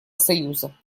союза